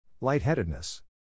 lightheadedness